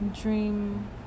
Dream